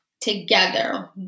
together